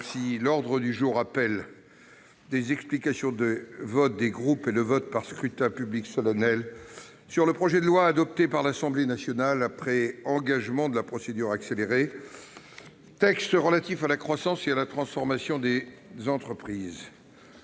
L'ordre du jour appelle les explications de vote des groupes et le vote par scrutin public solennel sur le projet de loi, adopté par l'Assemblée nationale après engagement de la procédure accélérée, relatif à la croissance et la transformation des entreprises